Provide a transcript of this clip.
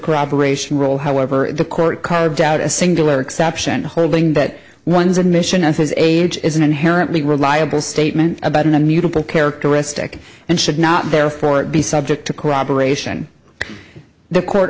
cooperation rule however the court carved out a singular exception holding that one's admission of his age is an inherently reliable statement about an immutable characteristic and should not therefore be subject to cooperation the court